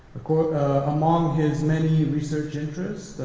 among his many research interests,